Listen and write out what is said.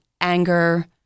anger